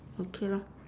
okay lor